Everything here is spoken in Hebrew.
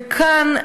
וכאן,